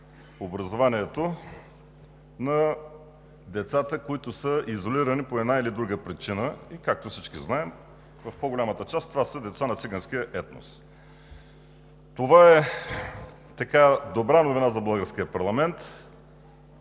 образованието на децата, които са изолирани по една или друга причина. Както всички знаем, в по голямата част, това са деца на циганския етнос. Това е добра новина за българския парламент.